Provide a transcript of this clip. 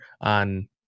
on